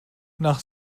nach